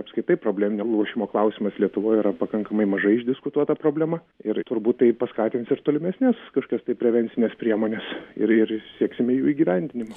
apskaitai probleminio lošimo klausimas lietuvoj yra pakankamai mažai išdiskutuota problema ir turbūt tai paskatins ir tolimesnes kažkokias tai prevencines priemones ir ir sieksime jų įgyvendinimo